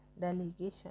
delegation